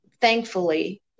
Thankfully